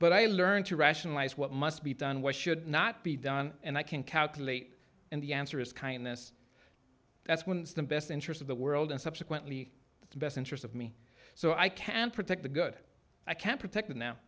but i learn to rationalize what must be done what should not be done and i can calculate and the answer is kindness that's when the best interest of the world and subsequently the best interest of me so i can protect the good i can protect the now